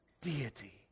deity